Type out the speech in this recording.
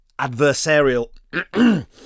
adversarial